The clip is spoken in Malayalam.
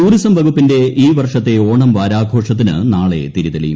ടൂറിസം വകുപ്പിന്റെ ഈ വർഷത്തെ ഓണം വാരാഘോഷത്തിന് നാളെ തിരിതെളിയും